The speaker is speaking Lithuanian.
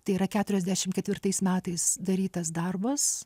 tai yra keturiasdešim ketvirtais metais darytas darbas